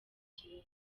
kibazo